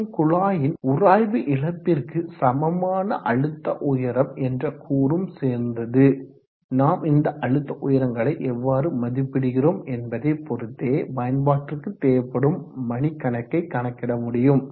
மற்றும் குழாயின் உராய்வு இழப்பிற்கு சமமான அழுத்த உயரம் என்ற கூறும் சேர்ந்தது நாம் இந்த அழுத்த உயரங்களை எவ்வாறு மதிப்பிடுகிறோம் என்பதை பொறுத்தே பயன்பாட்டிற்கு தேவைப்படும் மணிக்கணக்கை கணக்கிட முடியும்